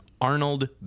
Arnold